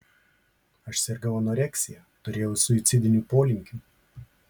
aš sirgau anoreksija turėjau suicidinių polinkių